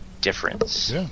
difference